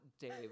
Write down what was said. Dave